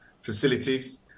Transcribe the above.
facilities